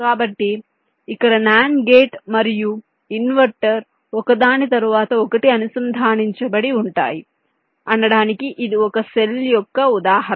కాబట్టి ఇక్కడ NAND gate మరియు ఇన్వర్టర్ ఒకదాని తరువాత ఒకటి అనుసంధానించబడి ఉంటాయి అనడానికి ఇది ఒక సెల్ యొక్క ఉదాహరణ